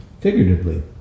figuratively